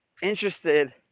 interested